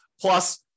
Plus